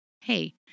hey